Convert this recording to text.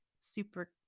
super